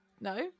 no